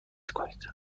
کنید